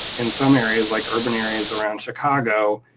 in some areas, like urban areas around chicago,